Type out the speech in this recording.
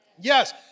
Yes